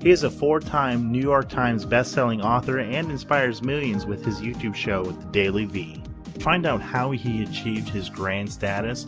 he is a four-time new york times best-selling author ah and inspires millions with his youtube show, the daily vee. to find out how he achieved his grand status,